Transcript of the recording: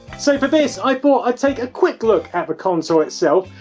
so for this, i thought i'd take a quick look at the console itself,